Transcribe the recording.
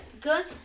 Good